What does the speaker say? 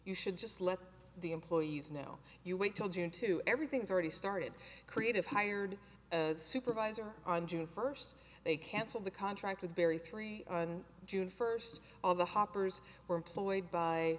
you should just let the employees know you wait till june to everything's already started creative hired as supervisor on june first they canceled the contract with very three on june first all the hoppers were employed by